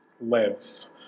lives